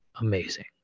amazing